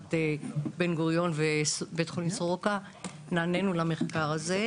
מאוניברסיטת בן גוריון ובית חולים סורוקה נענינו למחקר הזה,